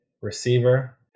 receiver